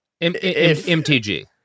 mtg